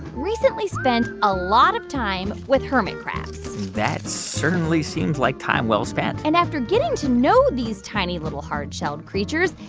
recently spent a lot of time with hermit crabs that certainly seems like time well spent and after getting to know these tiny, little hard-shelled creatures,